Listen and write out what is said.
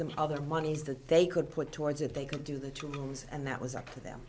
some other monies that they could put towards it they could do the tools and that was up to them